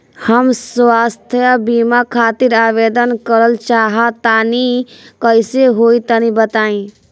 हम स्वास्थ बीमा खातिर आवेदन करल चाह तानि कइसे होई तनि बताईं?